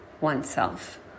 oneself